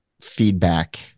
feedback